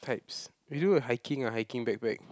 types we do a hiking ah hiking backpack